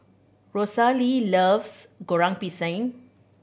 Rosalee loves Goreng Pisang